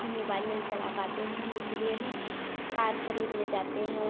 हम मोबाइल नहीं चला पाते हैं हम इसलिए न कार खरीदने जाते हैं